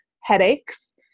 headaches